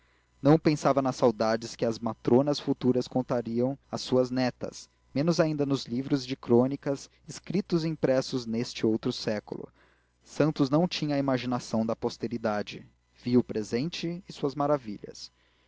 não pensava nas saudades que as matronas futuras contariam às suas netas menos ainda nos livros de crônicas escritos e impressos neste outro século santos não tinha a imaginação da posteridade via o presente e suas maravilhas